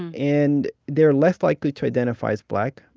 and and they're less likely to identify as black,